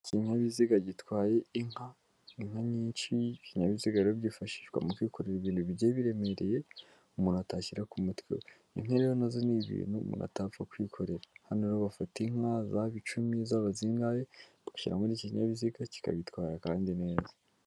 Ikinyabiziga gitwaye inka, inka nyinshi, ibinyabiziga rero byifashishwa mu kwikorera ibintu bigiye biremereye, umuntu atashyira ku mutwe we, inka na zo ni ibintu umuntu atapfa kwikorera, hano rero bafata inka zaba icumi, z'aba zingahe, bagashyira muri iki kinyabiziga kikabitwara kandi neza.